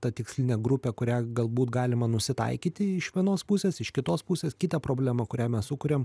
tad tikslinė grupė kurią galbūt galima nusitaikyti iš vienos pusės iš kitos pusės kita problema kurią mes sukuriam